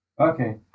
Okay